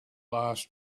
last